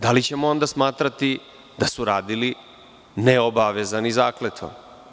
Da li ćemo onda smatrati da su radili neobavezani zakletvom?